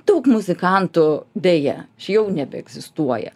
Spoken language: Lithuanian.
daug muzikantų deja čia jau nebeegzistuoja